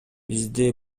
бизди